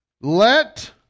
Let